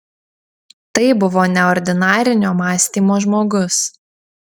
tai buvo neordinarinio mąstymo žmogus